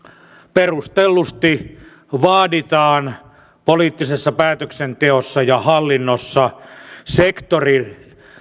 perustellusti vaaditaan poliittisessa päätöksenteossa ja hallinnossa sektorirajat